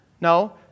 No